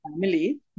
family